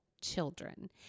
children